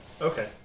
okay